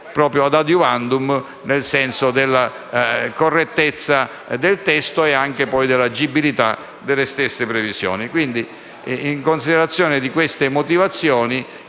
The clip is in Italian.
proprio ad a- diuvandum, nel senso della correttezza del testo e dell’agibilità delle stesse previsioni. In considerazione di tali motivazioni,